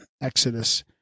Exodus